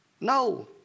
No